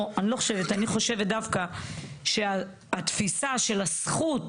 לא, אני חושבת דווקא שהתפיסה של הזכות,